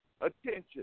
attention